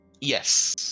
Yes